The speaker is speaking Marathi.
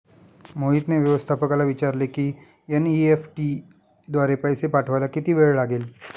मोहितने व्यवस्थापकाला विचारले की एन.ई.एफ.टी द्वारे पैसे पाठवायला किती वेळ लागेल